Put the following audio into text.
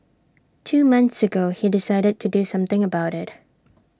two months ago he decided to do something about IT